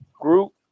group